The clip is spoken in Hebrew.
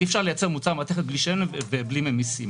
אי אפשר לייצר מוצר מתכת בלי שמן ובלי ממיסים.